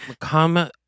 come